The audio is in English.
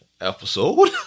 episode